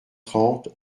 trente